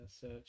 search